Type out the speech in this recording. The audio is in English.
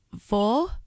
four